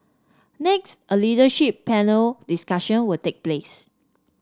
next a leadership panel discussion will take place